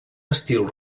estil